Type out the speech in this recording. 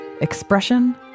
expression